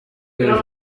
hejuru